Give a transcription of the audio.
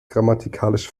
grammatikalisch